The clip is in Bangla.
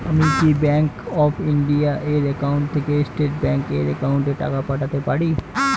আমি কি ব্যাংক অফ ইন্ডিয়া এর একাউন্ট থেকে স্টেট ব্যাংক এর একাউন্টে টাকা পাঠাতে পারি?